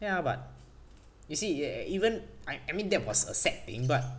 ya but you see e~ e~ even I I mean that was a sad thing but